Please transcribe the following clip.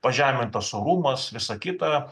pažemintas orumas visa kita